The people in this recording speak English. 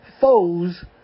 foes